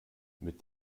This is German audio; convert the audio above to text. mit